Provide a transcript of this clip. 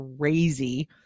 crazy